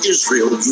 Israel